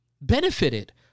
benefited